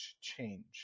change